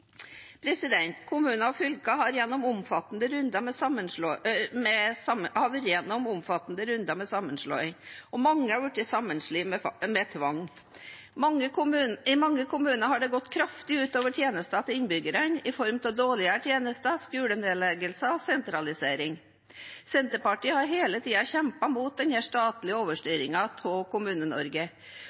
Kommuner og fylker har vært gjennom omfattende runder med sammenslåing, og mange er blitt sammenslått med tvang. I mange kommuner har dette gått kraftig ut over tjenestene til innbyggerne i form av dårligere tjenester, skolenedleggelser og sentralisering. Senterpartiet har hele tiden kjempet mot denne statlige overstyringen av